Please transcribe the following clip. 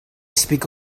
speak